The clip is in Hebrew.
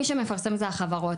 מי שמפרסם זה החברות,